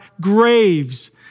graves